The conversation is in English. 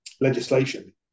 legislation